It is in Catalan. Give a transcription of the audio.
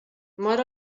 mor